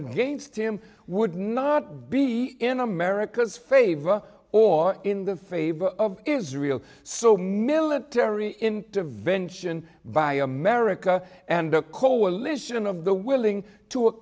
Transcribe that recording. against him would not be in america's favor or in the favor of israel so military intervention by america and a coalition of the willing to